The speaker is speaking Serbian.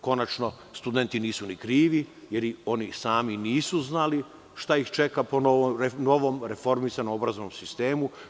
Konačno, studenti nisu ni krivi, jer ni oni sami nisu znali šta ih čeka po novom reformisanom obrazovnom sistemu.